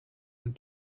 and